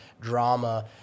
drama